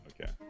Okay